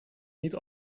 niet